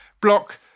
block